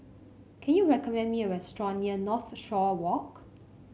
can you recommend me a restaurant near Northshore Walk